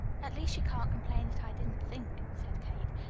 at least you can't complain that i didn't think, said kate,